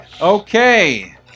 Okay